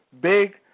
big